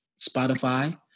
Spotify